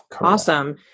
Awesome